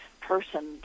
person